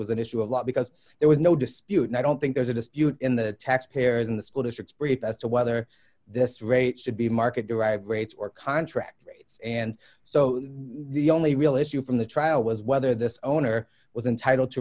was an issue a lot because there was no dispute i don't think there's a dispute in the taxpayers in the school districts breit as to whether this rate should be market derived rates or contract rates and so the only real issue from the trial was whether this owner was entitled to